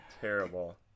terrible